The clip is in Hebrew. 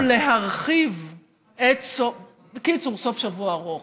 הרעיון הוא להרחיב, בקיצור, סוף שבוע ארוך.